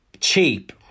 Cheap